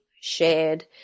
shared